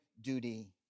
duty